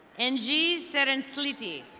engine sarensleety.